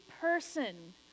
person